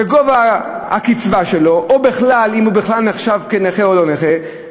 בגובה הקצבה שלו או אם הוא בכלל נחשב נכה או לא נחשב נכה,